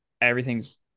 Everything's